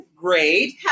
Great